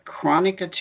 Chronic